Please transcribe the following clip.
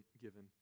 given